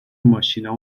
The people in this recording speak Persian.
ماشینا